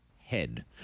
head